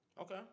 Okay